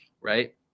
right